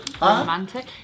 Romantic